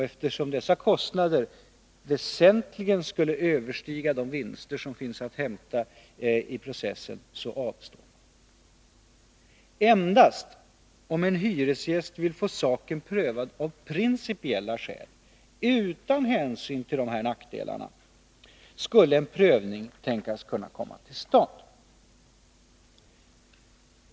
Eftersom dessa kostnader väsentligen skulle överstiga de vinster som finns att hämta vid processen avstår han. Endast om en hyresgäst vill få saken prövad av principiella skäl, utan hänsyn till dessa nackdelar, skulle en prövning kunna tänkas komma till stånd.